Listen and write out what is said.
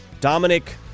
Dominic